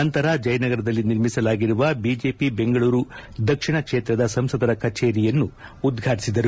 ನಂತರ ಜಯನಗರದಲ್ಲಿ ನಿರ್ಮಿಸಲಾಗಿರುವ ಬಿಜೆಪಿ ಬೆಂಗಳೂರು ದಕ್ಷಿಣ ಕ್ಷೇತ್ರದ ಸಂಸದರ ಕಚೇರಿಯನ್ನು ಉದ್ಘಾಟಿಸಿದರು